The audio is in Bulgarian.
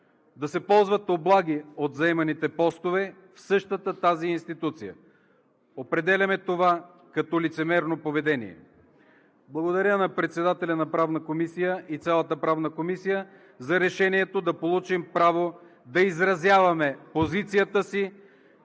да се ползват облаги от заеманите постове в същата тази институция. Определяме това като лицемерно поведение. Благодаря на председателя на Правната комисия и на цялата Правна комисия за решението да получим право да изразяваме позицията си,